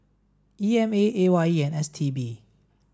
E M A A Y E and S T B